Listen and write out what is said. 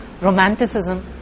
romanticism